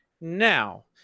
now